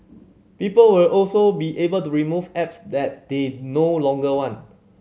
people will also be able to remove apps that they no longer want